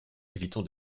évitons